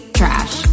trash